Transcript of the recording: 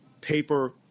paper